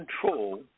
control